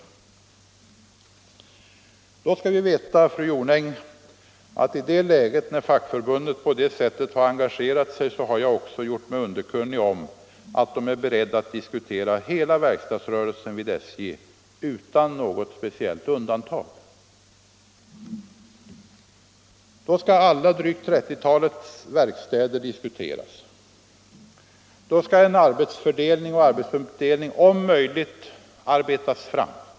Då skall ni veta, fru Jonäng, att i det läget då fackförbundet på det här sättet har engagerat sig har jag också gjort mig underkunnig om att man är beredd att diskutera hela verkstadsrörelsen vid SJ utan något speciellt undantag. Då skall alla drygt 30-talet verkstäder diskuteras. Då skall en arbetsfördelning om möjligt arbetas fram.